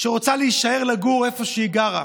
שרוצה להישאר לגור איפה שהיא גרה,